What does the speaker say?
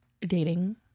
dating